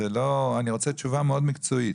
אני רוצה תשובה מאוד מקצועית,